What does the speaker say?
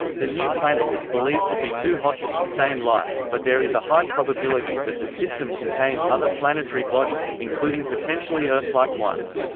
the new planet is believed to be too hot to sustain life, but there is a high probability that the system contains other planetary bodies, including potentially earthlike ones.